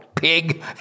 pig